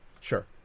Sure